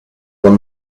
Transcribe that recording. when